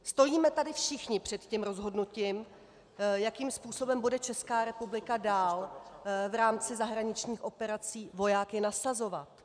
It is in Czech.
Stojíme tady všichni před tím rozhodnutím, jakým způsobem bude Česká republika dál v rámci zahraničních operací vojáky nasazovat.